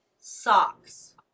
socks